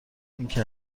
اینکه